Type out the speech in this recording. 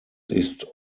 ist